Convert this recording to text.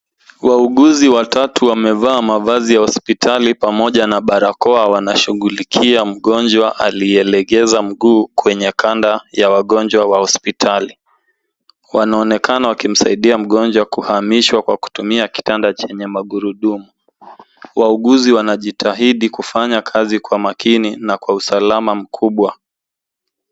Wauguzi watatu wamevaa mavazi ya hospitali pamoja na barakoa wanashughulikia mgonjwa aliyelegeza mguu kwenye kanda ya wagonjwa wa hospitali. Wanaonekana wakimsaidia mgonjwa kuhamishwa kwa kutumia kitanda chenye magurudumu. Wauguzi wanajitahidi kufanya kazi kwa makini na kwa usalama mkubwa.